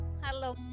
Hello